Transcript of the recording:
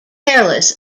careless